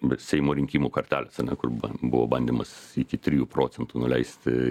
dėl seimo rinkimų kartelės ar ne kur buvo bandymas iki trijų procentų nuleisti